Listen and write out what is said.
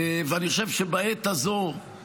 ואני חושב שבעת הזאת,